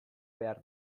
behar